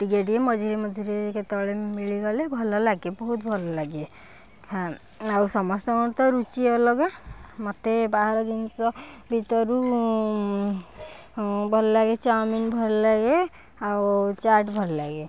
ଟିକେ ଟିକେ ମଝିରେ ମଝିରେ କେତେବେଳେ ମିଳିଗଲେ ଭଲ ଲାଗେ ବହୁତ ଭଲଲାଗେ ହଁ ଆଉ ସମସ୍ତଙ୍କର ତ ରୁଚି ଅଲଗା ମତେ ବାହାର ଜିନଷ ଭିତରୁ ଭଲ ଲାଗେ ଚାଉମିନ ଭଲ ଲାଗେ ଆଉ ଚାଟ ଭଲ ଲାଗେ